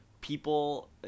people